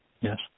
Yes